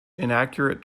inaccurate